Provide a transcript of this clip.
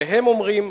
והם אומרים,